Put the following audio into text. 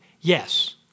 Yes